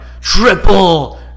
Triple